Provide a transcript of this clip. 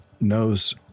knows